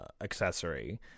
accessory